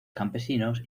campesinos